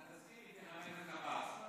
אתה תסכים איתי, חבר הכנסת עבאס,